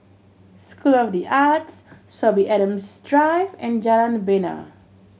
School of The Arts Sorby Adams Drive and Jalan Bena